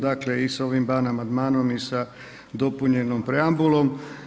Dakle i sa ovim ban amandmanom i sa dopunjenom preambulom.